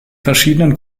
verschiedenen